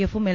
എഫും എൽ